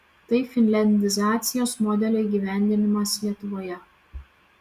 tai finliandizacijos modelio įgyvendinimas lietuvoje